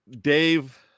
Dave